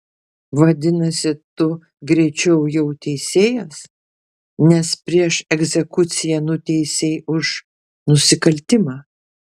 vadinasi tu greičiau jau teisėjas nes prieš egzekuciją nuteisei už nusikaltimą